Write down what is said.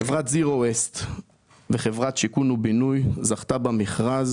חברת זירו וויסט וחברת שיכון ובינוי זכו במכרז